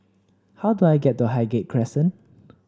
how do I get to Highgate Crescent